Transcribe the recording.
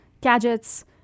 gadgets